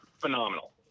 phenomenal